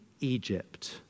Egypt